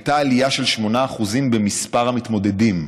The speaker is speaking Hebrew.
והייתה עלייה של 8% במספר המתמודדים,